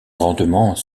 rendement